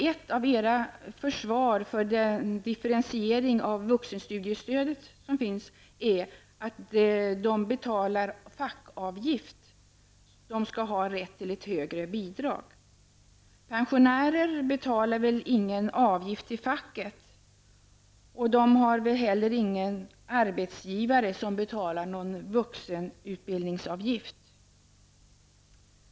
Ett av era försvar för differentieringen av vuxenstudiestödet är att de som betalar fackavgift skall ha rätt till det högre bidraget. Pensionärer betalar väl ingen avgift till facket! De har heller inte någon arbetsgivare som betalar någon vuxenutbildningsavgift.